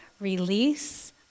release